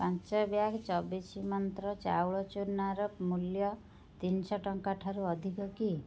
ପାଞ୍ଚ ବ୍ୟାଗ୍ ଚବିଶି ମନ୍ତ୍ର ଚାଉଳ ଚୂନାର ମୂଲ୍ୟ ତିନିଶହ ଟଙ୍କା ଠାରୁ ଅଧିକ କି